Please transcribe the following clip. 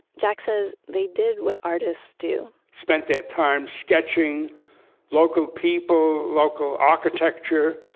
jack says they did what artists do spent that time sketching local people, local architecture,